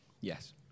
Yes